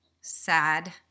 sad